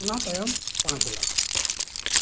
ᱚᱱᱟ ᱛᱟᱭᱚᱢ ᱯᱟᱸᱪ ᱞᱟᱠᱷ